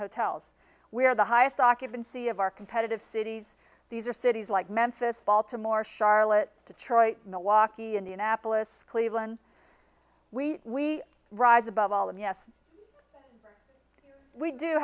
hotels where the highest occupancy of our competitive cities these are cities like memphis baltimore charlotte detroit milwaukee indianapolis cleveland we rise above all and yes we do